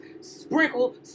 Sprinkle